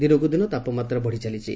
ଦିନକୁଦିନ ତାପମାତ୍ରା ବଢ଼ିଚାଲିଛି